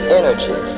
energy